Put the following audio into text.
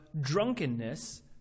drunkenness